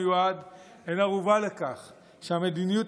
שהיא מעניקה לשר המיועד הן ערובה לכך שהמדיניות